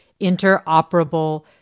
interoperable